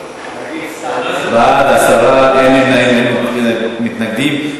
בעד, 10, אין נמנעים, אין מתנגדים.